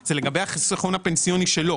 זה לגבי החיסכון הפנסיוני שלו.